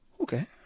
Okay